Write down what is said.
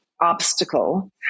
obstacle